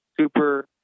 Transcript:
super